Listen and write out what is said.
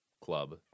club